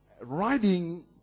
writing